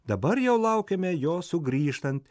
dabar jau laukiame jo sugrįžtant